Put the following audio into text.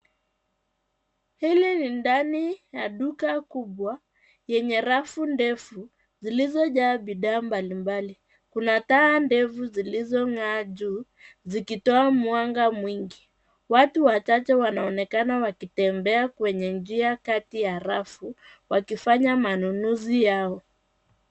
Hili ni ndani ya duka kubwa yenye rafu ndefu zilizojaa bidhaa mbalimbali. Kuna taa ndefu zilizong'aa juu zikitoa mwanga mwingi. Watu wachache wanaonekana wakitembea kwenye njia kati ya rafu wakifanya manunuzi yao.